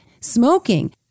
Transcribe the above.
smoking